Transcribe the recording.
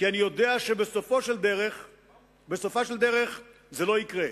כי אני יודע שבסופה של הדרך זה לא יקרה.